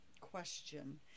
question